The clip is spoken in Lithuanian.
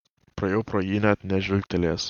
praėjau pro jį net nežvilgtelėjęs